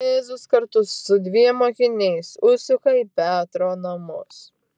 jėzus kartu su dviem mokiniais užsuka į petro namus